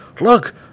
look